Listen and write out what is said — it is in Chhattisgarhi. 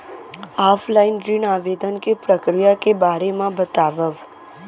ऑफलाइन ऋण आवेदन के प्रक्रिया के बारे म बतावव?